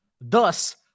Thus